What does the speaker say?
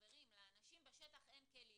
לאנשים בשטח אין כלים,